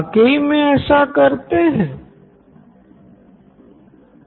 professor हाँ किसी किसी क्लास मे Siddharth Maturi CEO Knoin electronics तो वो भी व्यक्तिपरक ही हुआ ना